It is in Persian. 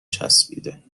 چسبیده